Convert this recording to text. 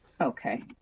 Okay